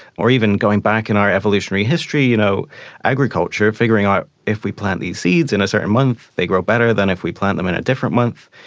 or even going back in our evolutionary history, you know agriculture, figuring out if we plant these seeds in a certain month they grow better than if we plant them in a different month.